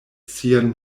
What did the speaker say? sian